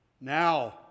now